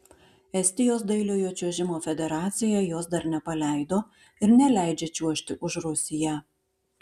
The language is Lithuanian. estijos dailiojo čiuožimo federacija jos dar nepaleido ir neleidžia čiuožti už rusiją